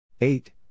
eight